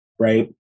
Right